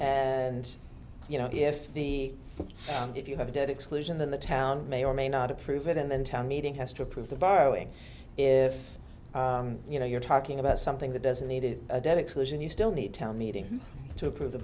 and you know if the if you have a dead exclusion than the town may or may not approve it and then town meeting has to approve the borrowing if you know you're talking about something that does needed a dead exclusion you still need town meeting to approve the